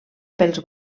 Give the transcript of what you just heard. pels